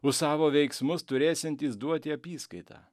už savo veiksmus turėsiantis duoti apyskaitą